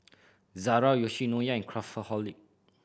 Zara Yoshinoya and Craftholic